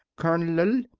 kernel,